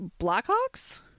blackhawks